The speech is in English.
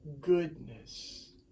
goodness